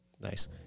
Nice